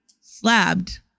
slabbed